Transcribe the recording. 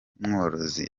mworozi